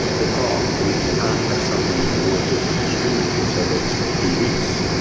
that oh we we can't have something in awards that are discriminatory so let's do this,